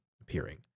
appearing